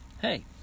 hey